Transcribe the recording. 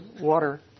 water